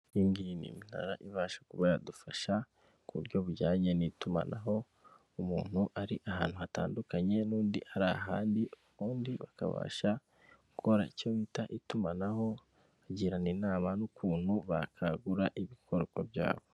Iyi ngiyi ni imara ibasha kuba yadufasha ku buryo bujyanye n'itumanaho umuntu ari ahantu hatandukanye n'undi ari ahandi, ubundi bakabasha gukora icyo bita itumanaho agirana inama n'ukuntu bakangura ibikorwa byabo.